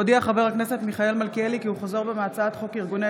הודיע חבר הכנסת מיכאל מלכיאלי כי הוא חוזר בו מהצעת חוק ארגוני